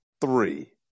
three